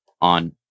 on